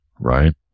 right